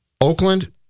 Oakland